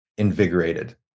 invigorated